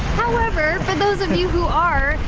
however, for those of you who are,